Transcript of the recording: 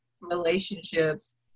relationships